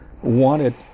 wanted